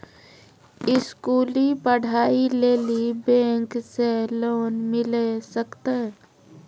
स्कूली पढ़ाई लेली बैंक से लोन मिले सकते?